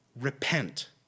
Repent